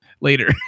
later